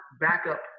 backup